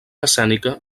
escènica